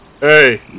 hey